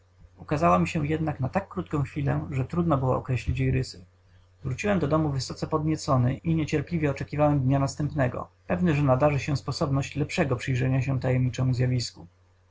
mi się jednak na tak krótką chwilę że trudno było określić jej rysy wróciłem do domu wysoce podniecony i niecierpliwie oczekiwałem dnia następnego pewny że nadarzy się sposobność lepszego przyjrzenia się tajemniczemu zjawisku